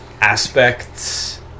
aspects